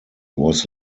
was